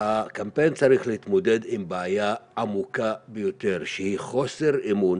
הקמפיין צריך להתמודד עם בעיה עמוקה ביותר שהיא חוסר אמון